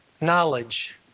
knowledge